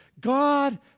God